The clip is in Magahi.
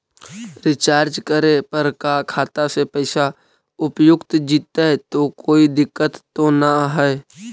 रीचार्ज करे पर का खाता से पैसा उपयुक्त जितै तो कोई दिक्कत तो ना है?